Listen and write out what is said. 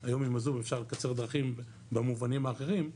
היום עם הזום אפשר לקצר דרכים במובנים האחרים,